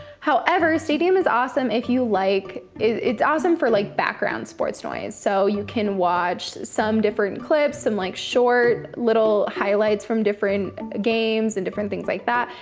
however, stadium is awesome if you like, it's awesome for like background sports noise. so you can watch some different clips and like short little highlights from different games, and different things like that.